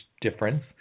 difference